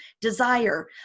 desire